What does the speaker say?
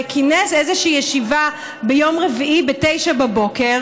וכינס איזושהי ישיבה ביום רביעי ב-09:00,